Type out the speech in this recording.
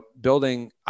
building